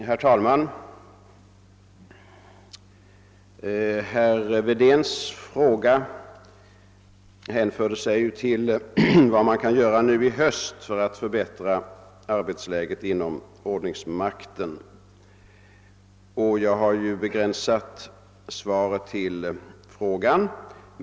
Herr talman! Herr Wedéns interpellation avser ju vad man kan göra nu i höst för att förbättra arbetsläget inom ordningsmakten, och jag har begränsat mitt svar till den frågan.